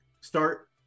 start